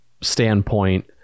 standpoint